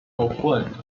opponent